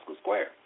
Square